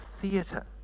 theatre